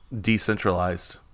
decentralized